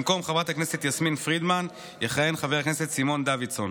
במקום חברת הכנסת יסמין פרידמן יכהן חבר הכנסת סימון דוידסון,